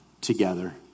together